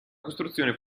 costruzione